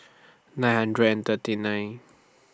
nine hundred and thirty nine